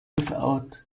without